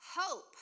Hope